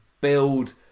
build